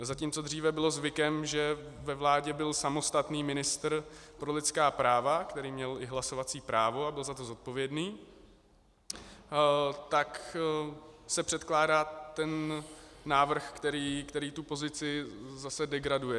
Zatímco dříve bylo zvykem, že ve vládě byl samostatný ministr pro lidská práva, který měl i hlasovací právo a byl za to zodpovědný, tak se předkládá návrh, který tu pozici zase dál degraduje.